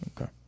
Okay